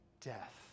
death